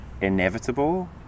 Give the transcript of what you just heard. inevitable